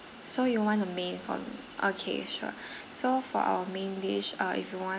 so you want a meehoon okay sure so for our main dish uh if you want